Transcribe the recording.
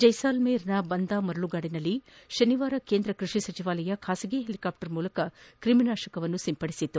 ಜೈಸಲ್ಮೇರ್ನ ಬಂದಾ ಮರಳುಗಾಡಿನಲ್ಲಿ ಶನಿವಾರ ಕೇಂದ್ರ ಕೃಷಿ ಸಚಿವಾಲಯವು ಬಾಸಗಿ ಹೆಲಿಕಾಪ್ಟರ್ನಿಂದ ಕ್ರಿಮಿನಾಶಕ ಸಿಂಪಡಣೆ ನಡೆಸಿತ್ತು